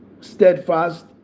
steadfast